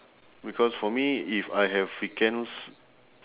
because for me if I have weekends